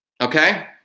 Okay